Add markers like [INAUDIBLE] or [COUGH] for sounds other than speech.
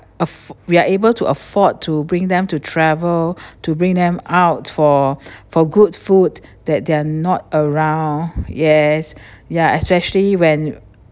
af~ we are able to afford to bring them to travel [BREATH] to bring them out for [BREATH] for good food that they're not around yes ya especially when